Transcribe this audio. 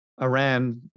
Iran